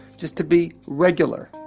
just to be regular.